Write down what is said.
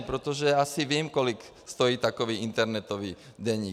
Protože já asi vím, kolik stojí takový internetový deník.